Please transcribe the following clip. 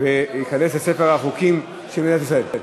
ותיכנס לספר החוקים של מדינת ישראל.